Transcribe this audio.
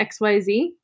XYZ